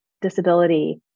disability